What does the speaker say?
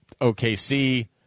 OKC